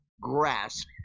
grasp